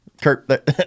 Kurt